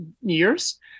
years